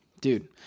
Dude